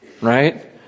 right